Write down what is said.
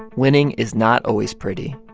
winning is not always pretty.